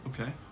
Okay